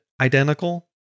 identical